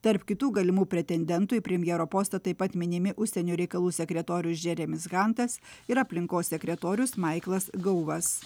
tarp kitų galimų pretendentų į premjero postą taip pat minimi užsienio reikalų sekretorius žeremis hantas ir aplinkos sekretorius maiklas gauvas